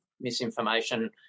misinformation